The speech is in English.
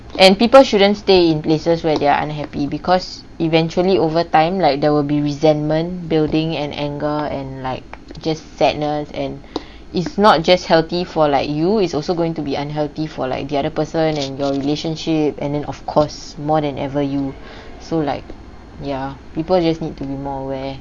and people shouldn't stay in places where they are unhappy because eventually over time like there will be resentment building and anger and like just sadness and it's not just healthy for like you is also going to be unhealthy for like the other person and your relationship and then of course more than ever you so like ya people just need to be more aware